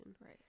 right